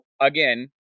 again